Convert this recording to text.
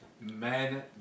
Men